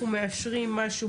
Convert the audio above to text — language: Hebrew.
31 במאי.